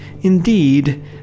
indeed